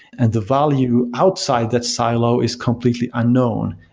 and the volume outside that silo is completely unknown,